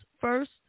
first